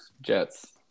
Jets